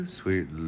sweet